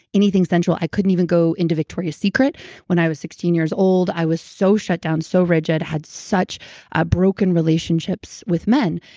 anything sensual. i couldn't even go into victoria's secret when i was sixteen years old. i was so shut down, so rigid, had such ah broken relationships with men.